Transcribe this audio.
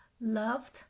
loved